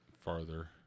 farther